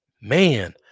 Man